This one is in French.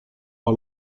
par